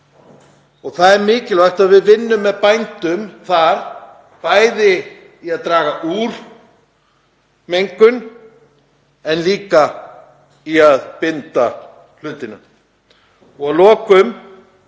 Það er mikilvægt að við vinnum með bændum þar, bæði í að draga úr mengun en líka í að binda kolefni. Að lokum